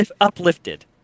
uplifted